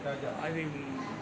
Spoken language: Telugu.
అది